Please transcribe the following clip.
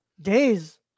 Days